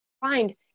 find